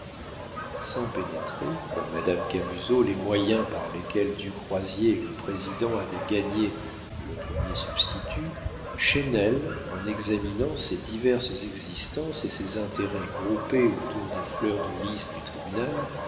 sans pénétrer comme madame camusot les moyens par lesquels du croisier et le président avaient gagné le premier substitut chesnel en examinant ces diverses existences et ces intérêts groupés autour des fleurs de lis du tribunal